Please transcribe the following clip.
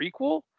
prequel